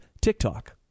TikTok